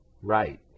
Right